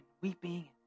weeping